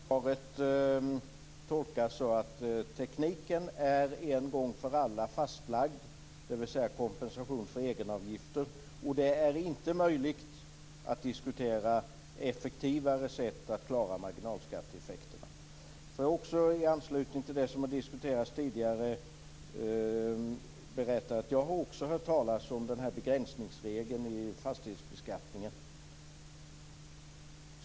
Fru talman! Ska det här svaret tolkas så att tekniken är en gång för alla fastlagd, dvs. kompensation för egenavgifter, och att det inte är möjligt att diskutera effektivare sätt att klara marginalskatteeffekterna? Får jag i anslutning till det som har diskuterats tidigare berätta att jag också har hört talas om begränsningsregeln i fastighetsbeskattningen.